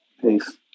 Peace